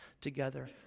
together